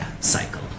cycle